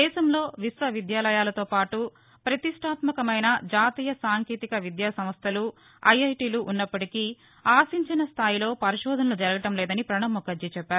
దేశంలో విశ్వవిద్యాలయాలతో పాటు పతిష్యాత్వకమైన జాతీయ సాంకేతిక విద్యాసంస్థలు ఐఐటీలు ఉన్నప్పటికీ ఆశించిన స్లాయిలో పరిశోధనలు జరగడం లేదని ప్రణబ్ ముఖర్జీ చెప్పారు